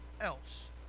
else